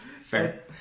Fair